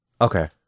okay